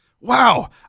Wow